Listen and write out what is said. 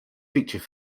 feature